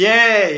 Yay